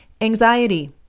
anxiety